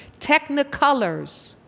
technicolors